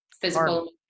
physical